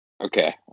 Okay